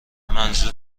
منظور